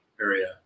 area